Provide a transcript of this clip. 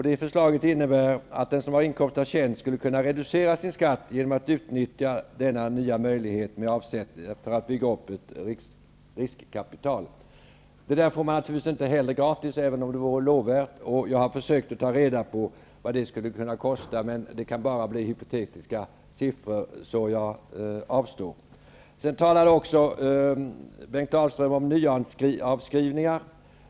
Det förslaget innebär att den som har inkomst av tjänst skulle kunna reducera sin skatt genom att utnyttja denna nya möjlighet för att bygga upp ett riskkapital. Det får man naturligtvis inte heller gratis, även om det vore lovvärt. Jag har försökt ta reda på vad det skulle kosta, man jag avstår från att nämna några siffror i det sammanhanget, eftersom de ändå bara är hypotetiska. Sedan talade Bengt Dalström också om nuvärdesavskrivningar.